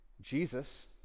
Jesus